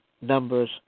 numbers